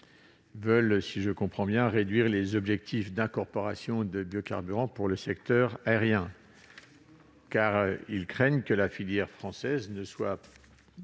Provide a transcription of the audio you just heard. souhaitent, si je comprends bien, réduire les objectifs d'incorporation de biocarburants pour le secteur aérien, craignant que la filière française ne soit